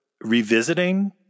revisiting